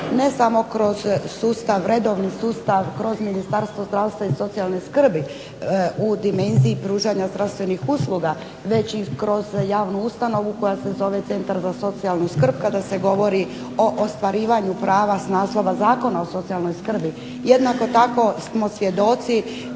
Ne samo kroz sustav, redovni sustav kroz Ministarstvo zdravstva i socijalne skrbi u dimenziji pružanja zdravstvenih usluga već i kroz javnu ustanovu koja se zove Centar za socijalnu skrb kada se govori o ostvarivanju prava s naslova Zakona o socijalnoj skrbi. Jednako tako smo svjedoci